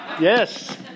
Yes